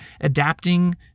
adapting